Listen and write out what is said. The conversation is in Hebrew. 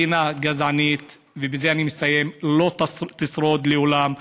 מדינה גזענית, ובזה אני מסיים, לא תשרוד לעולם.